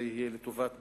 זה יהיה לטובת בנינו,